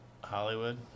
Hollywood